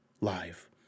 live